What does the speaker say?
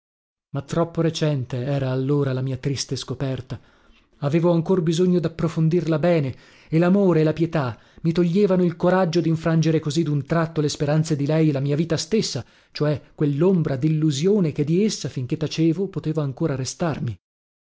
ma troppo recente era allora la mia triste scoperta avevo ancor bisogno dapprofondirla bene e lamore e la pietà mi toglievano il coraggio dinfrangere così dun tratto le speranze di lei e la mia vita stessa cioè quellombra dillusione che di essa finché tacevo poteva ancora restarmi